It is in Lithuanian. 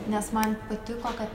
nes man patiko kad